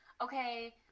okay